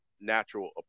natural